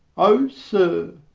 o sir,